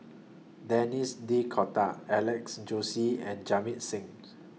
Denis D'Cotta Alex Josey and Jamit Singh